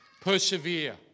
Persevere